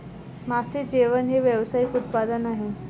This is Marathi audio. मासे जेवण हे व्यावसायिक उत्पादन आहे